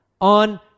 on